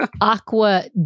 Aqua